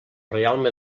reialme